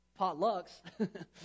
potlucks